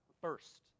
first